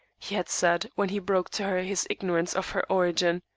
he had said, when he broke to her his ignorance of her origin.